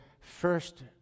first